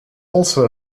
also